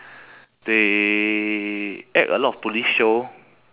they act a lot of police show